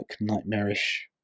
nightmarish